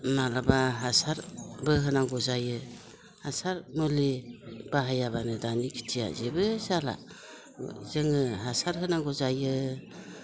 माब्लाबा हासारबो होनांगौ जायो हासार मुलि बाहायाब्लानो दानि खिथिया जेबो जाला जोङो हासार होनांगौ जायो